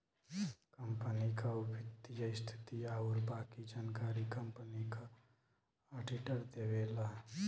company क वित्तीय स्थिति आउर बाकी जानकारी कंपनी क आडिटर देवला